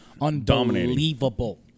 Unbelievable